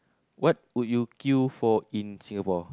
what would you queue for in Singapore